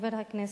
חבר הכנסת,